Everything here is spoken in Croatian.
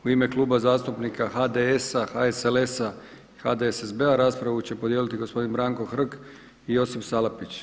U ime Kluba zastupnika HDS-a, HSLS-a, HDSSB-a raspravu će podijeliti gospodin Branko Hrg i Josip Salapić.